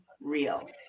real